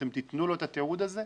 אתם תיתנו לו את התיעוד הזה?